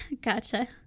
Gotcha